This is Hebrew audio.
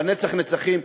לנצח-נצחים.